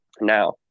now